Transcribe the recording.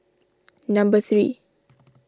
number three